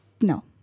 No